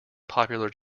popular